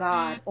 God